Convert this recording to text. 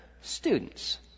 students